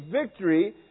victory